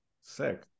Sick